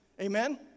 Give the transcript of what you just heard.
Amen